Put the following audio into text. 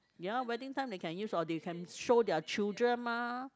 ya wedding time they can use all these they can show their children mah